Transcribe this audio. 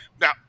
Now